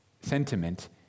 sentiment